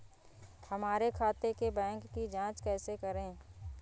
हमारे खाते के बैंक की जाँच कैसे करें?